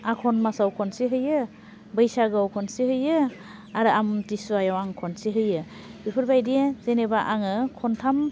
आघोन मासाव खनसे होयो बैसागोयाव खनसे होयो आरो आमथिसुवायाव आं खनसे होयो बेफोरबायदि जेनेबा आङो खनथाम